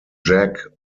jack